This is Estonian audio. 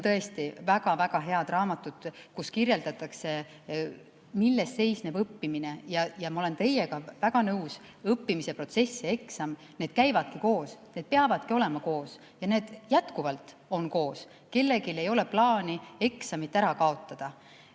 Need on tõesti väga-väga head raamatud, kus kirjeldatakse, milles seisneb õppimine. Ja ma olen teiega väga nõus, õppimise protsess ja eksam, need käivadki koos, need peavadki olema koos ja need jätkuvalt on koos. Kellelgi ei ole plaani eksamit ära kaotada.